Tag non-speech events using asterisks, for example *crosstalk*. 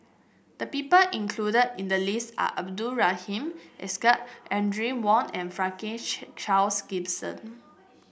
the people included in the list are Abdul Rahim Ishak Audrey Wong and Franklin *noise* Charles Gimson